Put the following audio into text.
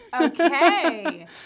Okay